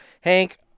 Hank